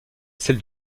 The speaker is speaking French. celle